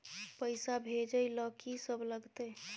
पैसा भेजै ल की सब लगतै?